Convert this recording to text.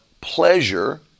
pleasure